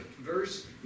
Verse